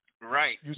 Right